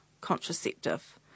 contraceptive